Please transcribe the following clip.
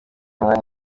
umwanya